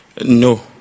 No